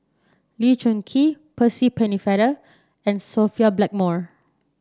Lee Choon Kee Percy Pennefather and Sophia Blackmore